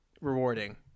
rewarding